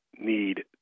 need